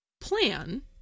plan